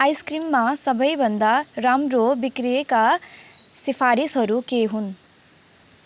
आइसक्रिममा सबैभन्दा राम्रो बिक्रीका सिफारिसहरू के हुन्